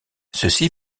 ceci